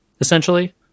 essentially